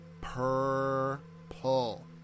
purple